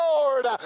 Lord